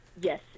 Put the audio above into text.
yes